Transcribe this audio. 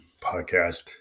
podcast